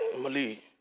Mali